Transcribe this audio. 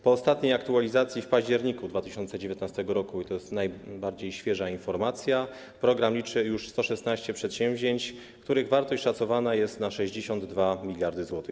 Po ostatniej aktualizacji w październiku 2019 r., to jest najświeższa informacja, program liczy już 116 przedsięwzięć, których wartość szacowana jest na 62 mld zł.